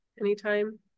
anytime